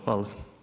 Hvala.